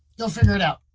go figure it out.